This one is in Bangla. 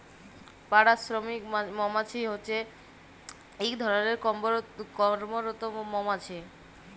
পাড়া শ্রমিক মমাছি হছে ইক ধরলের কম্মরত মমাছি